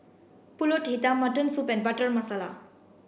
Pulut Hitam mutton soup butter Masala